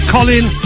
Colin